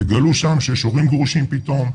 תגלו שם שיש הורים גרושים פתאום,